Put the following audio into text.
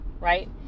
right